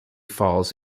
falls